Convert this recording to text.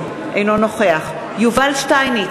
אינו נוכח יובל שטייניץ,